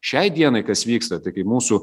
šiai dienai kas vyksta tai kai mūsų